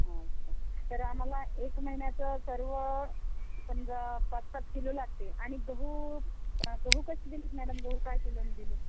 अच्छा तर आम्हाला एक महिन्याचं सर्व समजा पाच पाच किलो लागते आणि गहू गहू कसे दिले मॅडम गहू काय किलोने दिले